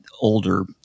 older